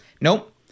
Nope